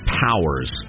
powers